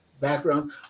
background